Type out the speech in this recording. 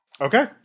okay